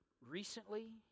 recently